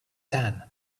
tan